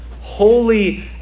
Holy